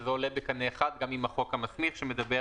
שזה עולה בקנה אחד גם עם החוק המסמיך שמדבר